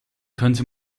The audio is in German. könnte